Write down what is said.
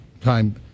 Time